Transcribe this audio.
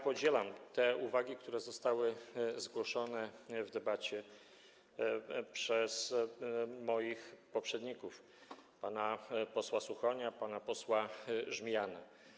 Podzielam uwagi, które zostały zgłoszone w debacie przez moich poprzedników: pana posła Suchonia, pana posła Żmijana.